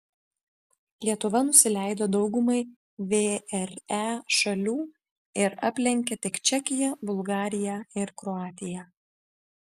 lietuva nusileido daugumai vre šalių ir aplenkė tik čekiją bulgariją ir kroatiją